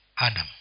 Adam